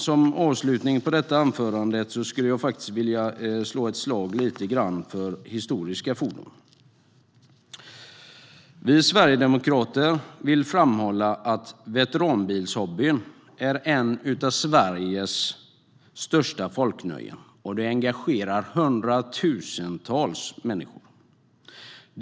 Som avslutning på detta anförande skulle jag vilja slå ett slag för historiska fordon. Vi sverigedemokrater vill framhålla att veteranbilshobbyn är ett av Sveriges största folknöjen, och det engagerar hundratusentals människor.